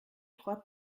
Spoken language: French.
trois